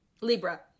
libra